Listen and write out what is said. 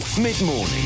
Mid-morning